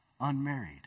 unmarried